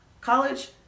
College